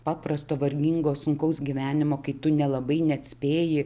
paprasto vargingo sunkaus gyvenimo kai tu nelabai net spėji